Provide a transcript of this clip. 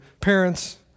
parents